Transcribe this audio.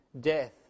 death